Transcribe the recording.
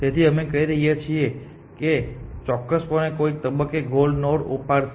તેથી અમે કહી રહ્યા છીએ કે તે ચોક્કસપણે કોઈક તબક્કે ગોલ નોડ ઉપાડશે